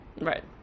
Right